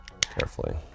Carefully